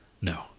No